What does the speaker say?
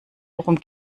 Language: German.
worum